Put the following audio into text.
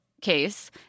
case—